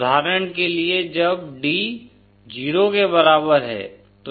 उदाहरण के लिए जब d 0 के बराबर है तो यह 0 है